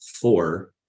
four